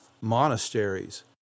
monasteries